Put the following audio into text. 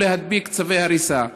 או להדביק צווי הריסה.